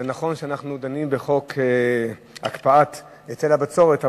זה נכון שאנחנו דנים בחוק הקפאת היטל הבצורת,